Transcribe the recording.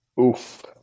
Oof